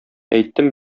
әйттем